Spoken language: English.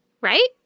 right